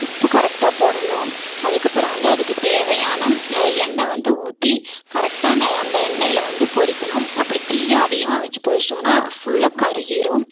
உப்பு கரெக்டாக போடணும் அதற்கப்பறம் வந்து அதுக்கு தேவையான எண்ணெய் வந்து ஊற்றி கரெக்டாக அந்த அந்த எண்ணெய்யில் வந்து பொரிக்கணும் அப்படி தீயை அதிகமாக வச்சு பொரிச்சோம்னா ஃபுல்லாக கருகிரும்